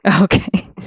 Okay